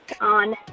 on